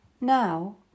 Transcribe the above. Now